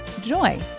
joy